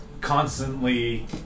constantly